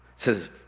says